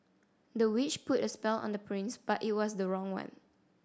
the witch put a spell on the prince but it was the wrong one